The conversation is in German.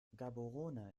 gaborone